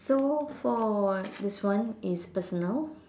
so for this one is personal